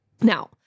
Now